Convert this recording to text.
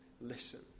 listen